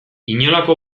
inolako